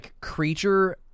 Creature